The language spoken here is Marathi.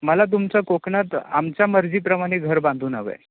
मला तुमच्या कोकणात आमच्या मर्जीप्रमाने घर बांधून हवे आहे